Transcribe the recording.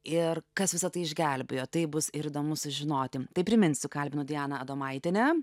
ir kas visa tai išgelbėjo tai bus ir įdomu sužinoti tai priminsiu kalbinu dianą adomaitienę